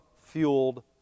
fueled